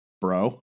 bro